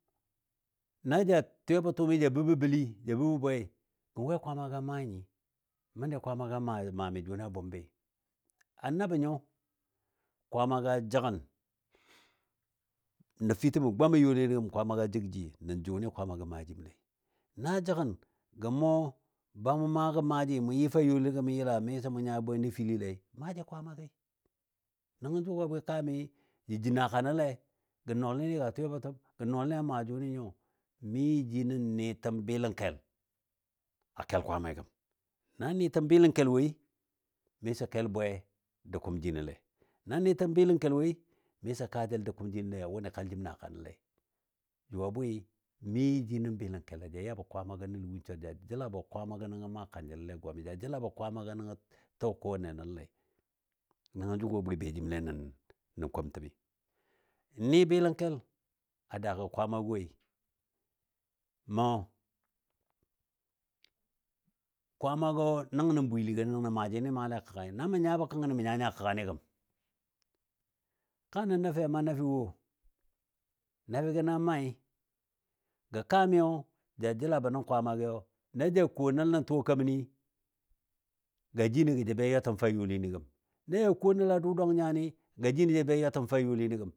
na ja twiyabɔ tʊʊmi ja bəbo bəl ja bəbo bwɛi gə wɛ Kwaamagɔ a maa nyi. Məndɨ Kwaama ga a maami jʊnɨ a bʊmbɨ, a nabɔ nyo Kwaamaga jəgən nəfitəmə gwam a youlini gəm Kwaamaga jəgji nən jʊni Kwaamagɔ maa jimle, na jəgən ga mɔ ba mʊ maa gəm maaji mʊ yɨ fa youlini gəm yəla miso mʊ nya nəfilile maaji Kwaamagɨ, nəngɔ jʊga bwɨ kaamɨ jə jou naakanɔlɛ gə nɔɔli ga twɨyabɔ nʊʊm, gə nɔɔlini a maa jʊnɨ nyo mi ji nən nɨtəm bɨləngkɛl a kel Kwaamai gəm, na nɨtəm bɨlangkel woi miso kel bwe dou kʊm jinole, na nɨtəm bɨləngkel woi miso kaajəl dou kʊm jinole a wʊnɨ kal jim naakanle. Jʊ a bwɨ mi jino bɨləngkɛl ja yabɔ Kwaamagɔ nəlo win swar, ja jəlabɔ Kwaamagɔ nəngɔ maa kanjəlole gwami, ja jəlabɔ Kwaamagɔ nəngɔ tɔɔ kowanne nəllei. Nəngo jʊ gɔ a bwɨ be jimle nən komatəmi. N nɨ bɨləngkel daagɔ Kwaamagɔ woi. Mə Kwaamagɔ nəngnɔ bwiligɔ nəngnɔ maaji ni maale a kəgai, na mə nyabɔ kəngkəni mə nya nya a kəgani gəm. Kaa nə nafɨ a maa nafɨ wo. Nafɨ gəna mai gɔ kaamiyo ja jəlabɔ nən Kwaamagɔ, na ja ko nəl nən tuwa keməni, ga jino jə be ywatəm fa youlini gəm, ja ko nəl a dʊ dwang nayni, ga jino jə be ywatəm fa youlini gəm